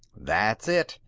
that's it!